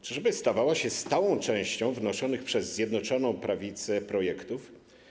Czyżby stawała się stałą częścią wnoszonych przez Zjednoczoną Prawicę projektów?